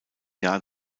jahr